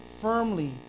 firmly